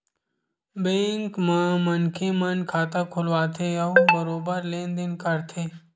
bank म मनखे मन खाता खोलवाथे अउ बरोबर लेन देन करथे